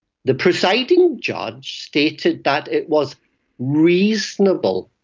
the presiding judge stated that it was reasonable,